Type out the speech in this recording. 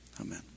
Amen